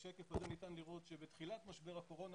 בשקף הזה ניתן לראות שבתחילת משבר הקורונה,